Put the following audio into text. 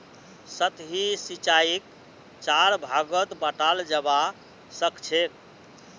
सतही सिंचाईक चार भागत बंटाल जाबा सखछेक